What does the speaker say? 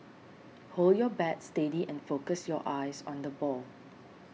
hold your bat steady and focus your eyes on the ball